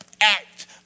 act